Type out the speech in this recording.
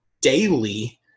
daily